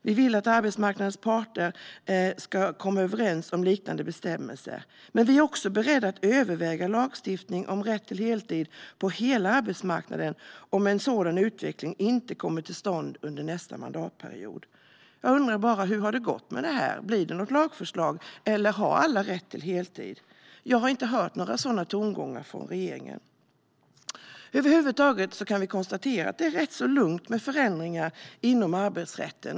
Vi vill att arbetsmarknadens parter . ska komma överens om liknande bestämmelser. Vi är också beredda att överväga lagstiftning om rätt till heltid på hela arbetsmarknaden om en sådan utveckling inte kommer till stånd under nästa mandatperiod." Jag undrar: Hur har det gått med detta? Blir det något lagförslag? Har alla rätt till heltid? Jag har inte hört några såna tongångar från regeringen. Över huvud taget kan vi konstatera att det är rätt lugnt när det gäller förändringar inom arbetsrätten.